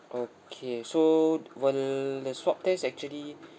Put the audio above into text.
okay so when the swab test actually